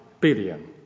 billion